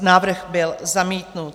Návrh byl zamítnut.